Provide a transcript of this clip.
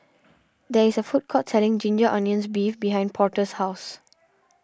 there is a food court selling Ginger Onions Beef behind Porter's house